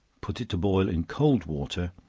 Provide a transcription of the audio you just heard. put it to boil in cold water,